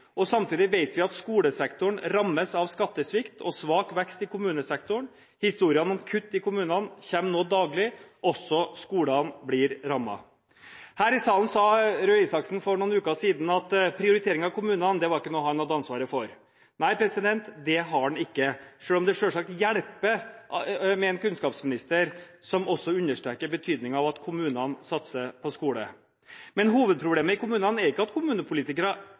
og samtidig vet vi at skolesektoren rammes av skattesvikt og av svak vekst i kommunesektoren. Historiene om kutt i kommunene kommer nå daglig, også skolene blir rammet. Her i salen sa statsråd Røe Isaksen for noen uker siden at prioritering av kommunene ikke er noe han har ansvaret for. Nei, det har han ikke, selv om det selvsagt hjelper med en kunnskapsminister som også understreker betydningen av at kommunene satser på skole. Men hovedproblemet i kommunene er ikke at kommunepolitikere